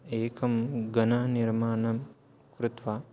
एकं गणनिर्माणं कृत्वा